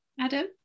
Adam